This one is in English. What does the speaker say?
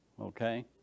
Okay